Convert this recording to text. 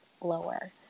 lower